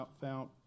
found